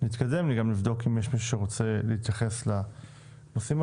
ונבדוק אם יש מי שרוצה להתייחס אליו.